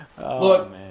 Look